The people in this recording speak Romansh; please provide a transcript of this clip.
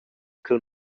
ch’el